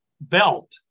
belt